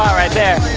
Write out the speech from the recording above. um right there!